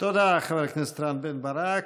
תודה, חבר הכנסת רם בן ברק.